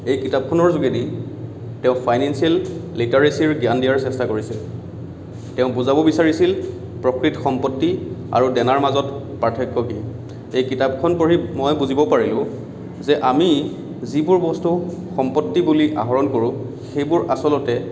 এই কিতপখনৰ যোগেদি তেওঁ ফাইনেন্সিয়েল লিটাৰেচিৰ জ্ঞান দিয়াৰ চেষ্টা কৰিছে তেওঁ বুজাব বিচাৰিছিল প্ৰকৃত সম্পত্তি আৰু দেনাৰ মাজত পাৰ্থক্য কি এই কিতাপখন পঢ়ি মই বুজিব পাৰিলো যে আমি যিবোৰ বস্তু সম্পত্তি বুলি আহৰণ কৰোঁ সেইবোৰ আচলতে